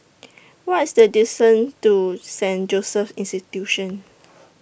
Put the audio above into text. What IS The distance to Saint Joseph's Institution